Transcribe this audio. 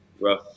rough